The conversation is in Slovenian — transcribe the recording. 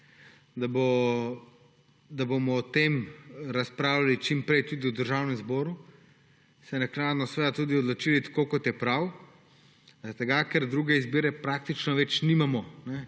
da bomo o tem razpravljali čim prej tudi v Državnem zboru, se naknadno seveda tudi odločili, tako kot je prav, ker druge izbire praktično več nimamo.